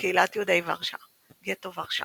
קהילת יהודי ורשה גטו ורשה